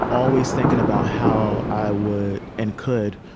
always thinking about how i would, and could,